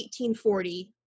1840